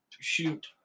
Shoot